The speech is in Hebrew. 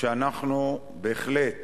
שאנחנו בהחלט